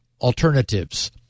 alternatives